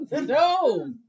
No